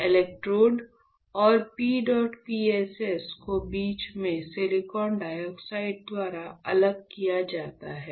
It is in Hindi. इलेक्ट्रोड और PEDOT PSS को बीच में सिलिकॉन डाइऑक्साइड द्वारा अलग किया जाता है